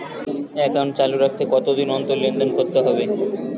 Account চালু রাখতে কতদিন অন্তর লেনদেন করতে হবে?